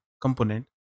component